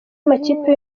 amakipe